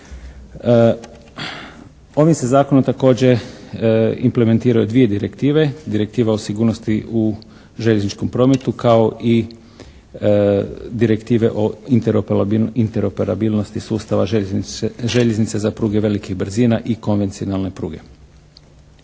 Ovim se zakonom također implementiraju dvije direktive, direktiva o sigurnosti u željezničkom prometu kao i direktive o interoperabilnosti sustava željeznice za pruge velikih brzina i konvencionalne pruge.